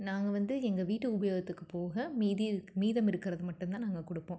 நாங்கள் வந்து எங்கள் வீட்டு உபயோகத்துக்குப் போக மீதி இருக் மீதம் இருக்கிறதை மட்டும் தான் நாங்கள் கொடுப்போம்